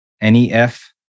N-E-F